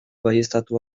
baieztatu